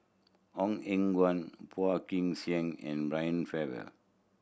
Ong Eng Guan Phua Kin Siang and Brian Farrell